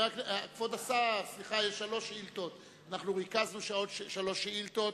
כבוד השר, אנחנו ריכזנו שלוש שאילתות.